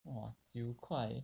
!wah! 九块